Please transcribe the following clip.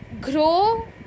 Grow